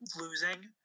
losing